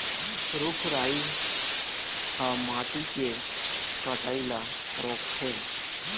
रूख राई ह माटी के कटई ल रोकथे